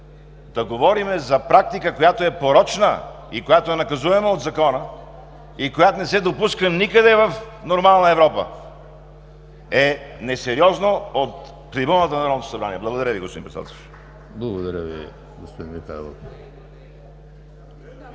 да говорим за практика, която е порочна, която е наказуема от Закона и която не се допуска никъде в нормална Европа, е несериозно от трибуната на Народното събрание. Благодаря Ви, господин Председателстващ.